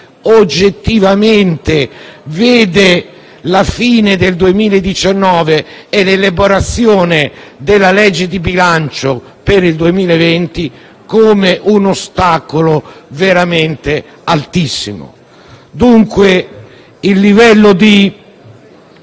oggettivamente, vede la fine del 2019 e l'elaborazione della legge di bilancio per il 2020 come un ostacolo veramente altissimo. Dunque, il livello di